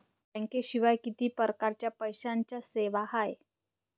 बँकेशिवाय किती परकारच्या पैशांच्या सेवा हाय?